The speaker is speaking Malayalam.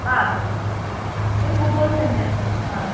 ആം ഒരു മുപ്പത് സെൻറ്റ് ആം